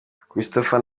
christopher